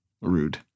Rude